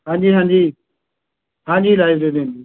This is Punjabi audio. ਹਾਂਜੀ ਹਾਂਜੀ ਹਾਂਜੀ ਲਾਇਬ੍ਰੇਰੀ